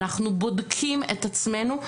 אנחנו בודקים את עצמנו.